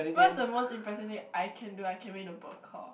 what is the most impressive thing I can do I can make a bird call